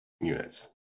units